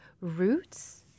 roots